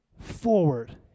forward